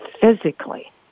physically